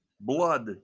Blood